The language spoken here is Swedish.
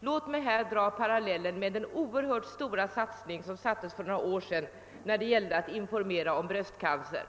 Låt mig dra en parallell med den oerhört stora satsning som gjordes för några år sedan när det gällde att informera om bröstcancer.